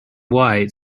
white